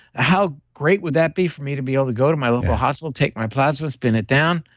how great would that be for me to be able to go to my local hospital, take my plasma, spin it down.